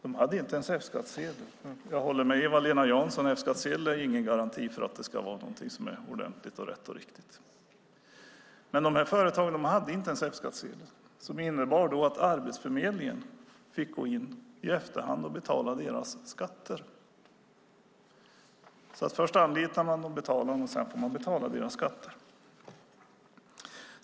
De hade inte ens F-skattsedel; Jag håller med Eva-Lena Jansson om att F-skattsedel inte är någon garanti för att allt är ordenligt och rätt och riktigt. Eftersom de inte hade F-skattsedel fick Arbetsförmedlingen gå in och i efterhand betala deras skatter. Först anlitade man företagen, sedan betalade man dem, och därefter fick man även betala deras skatter.